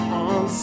on